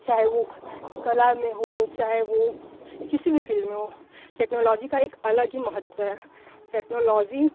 चाहे वो कला में हो चाहे वो किसी भी फ़ील्ड में हो टेक्नोलॉजी का एक अलग ही महत्व है टेक्नोलॉजी